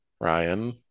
ryan